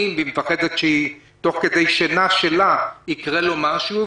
והיא מפחדת שתוך כדי שינה שלה יקרה לו משהו,